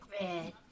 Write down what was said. Red